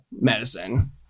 medicine